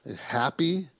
happy